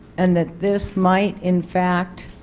and that this might in fact